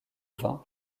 vin